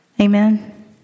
Amen